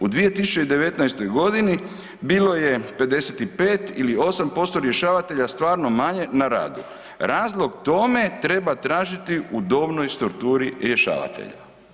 U 2019. godini bilo je 55 ili 8% rješavatelja stvarno manje na radu razlog tome treba tražiti u dobnoj strukturi rešavatelja.